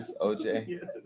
OJ